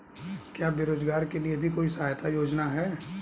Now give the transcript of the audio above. क्या बेरोजगारों के लिए भी कोई सहायता योजना है?